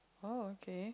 oh okay